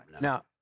Now